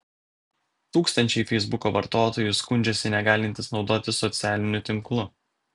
tūkstančiai feisbuko vartotojų skundžiasi negalintys naudotis socialiniu tinklu